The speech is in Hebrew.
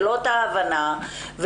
ההבנה,